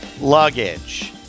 luggage